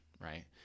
right